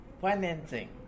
financing